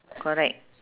correct